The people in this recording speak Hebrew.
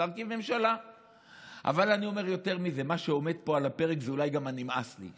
אבל אני אומר יותר מזה: מה שעומד פה על הפרק זה אולי גם ה"נמאס לי",